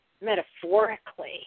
metaphorically